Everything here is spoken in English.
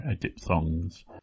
diphthongs